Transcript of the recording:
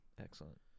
Excellent